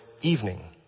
evening